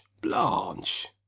Blanche